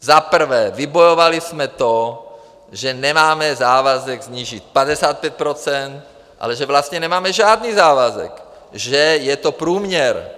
Za prvé, vybojovali jsme to, že nemáme závazek snížit o 55 %, ale že vlastně nemáme žádný závazek, že je to průměr.